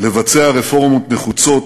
לבצע רפורמות נחוצות,